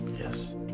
yes